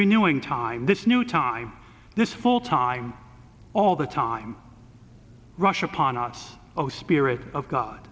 renewing time this new time this full time all the time rush upon us oh spirit of god